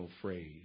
phrase